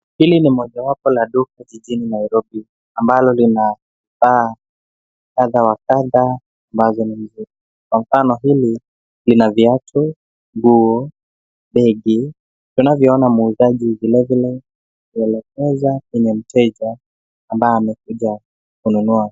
Hili ni mojawapo la duka jijini Nairobi ambalo lina paa kadha wa kadha ambazo mi mrefu. Kwa mfano hili lina viatu, nguo, begi. Tunavyoona muuzaji, vilevile akielekeza kwenye mteja ambaye amekuja kununua.